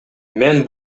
мен